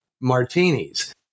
martinis